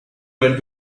went